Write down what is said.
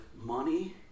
money